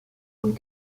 und